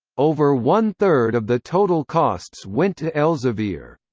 over one third of the total costs went to elsevier.